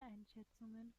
einschätzungen